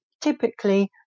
typically